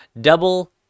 double